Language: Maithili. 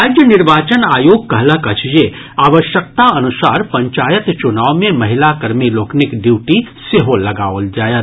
राज्य निर्वाचन आयोग कहलक अछि जे आवश्यकता अनुसार पंचायत चुनाव मे महिला कर्मी लोकनिक ड्यूटी सेहो लगाओल जायत